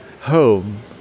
home